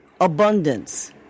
abundance